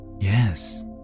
Yes